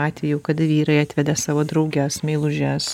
atvejų kada vyrai atveda savo drauges meilužes